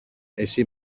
εσύ